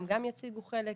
הם גם יציגו חלק,